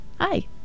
Hi